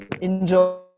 enjoy